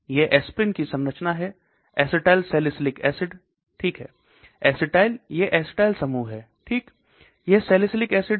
यह एस्पिरिन की संरचना है एसिटाइलसैलिसिलिक एसिड ठीक है एसिटाइल यह एसिटाइल समूह है ठीक है यह सैलिसिलिक एसिड है